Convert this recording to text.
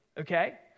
Okay